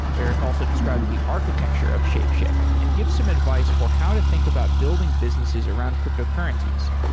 erik also describes the architecture of shapeshift and give some advice for how to think about building businesses around cryptocurrencies.